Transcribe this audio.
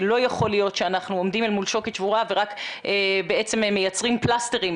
לא יכול להיות שאנחנו עומדים אל מול שוקת שבורה ורק מייצרים פלסטרים,